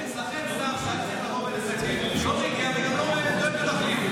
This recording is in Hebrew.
אצלכם שר שהיה צריך לבוא ולסכם לא מגיע וגם לא מביא מחליף.